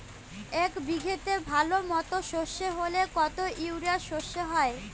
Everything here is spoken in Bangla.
এক বিঘাতে ভালো মতো সর্ষে হলে কত ইউরিয়া সর্ষে হয়?